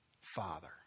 father